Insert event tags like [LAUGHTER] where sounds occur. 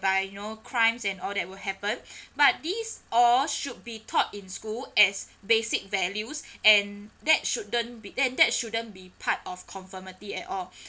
no crimes and all that will happen [BREATH] but these all should be taught in school as basic values and that shouldn't be uh that shouldn't be part of conformity at all [BREATH]